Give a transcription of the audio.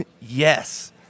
Yes